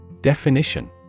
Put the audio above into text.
Definition